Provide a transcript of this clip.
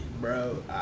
Bro